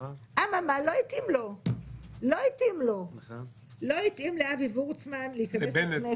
אני בעניין הזה מצוי במחלוקת גם עם חלק מחבריי לאופוזיציה ובוודאי גם